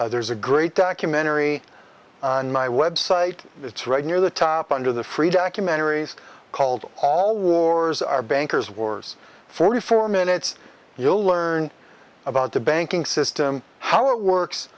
policy there's a great documentary on my website it's right near the top under the freedom called all wars are bankers wars forty four minutes you'll learn about the banking system how it works